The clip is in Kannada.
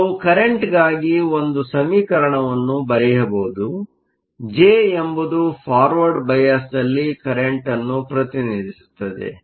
ನಾವು ಕರೆಂಟ್ಗಾಗಿ ಒಂದು ಸಮೀಕರಣವನ್ನು ಬರೆಯಬಹುದು ಜೆ ಎಂಬುದು ಫಾರ್ವರ್ಡ್ ಬಯಾಸ್Forward Biasನಲ್ಲಿ ಕರೆಂಟ್ ಅನ್ನು ಪ್ರತಿನಿಧಿಸುತ್ತದೆ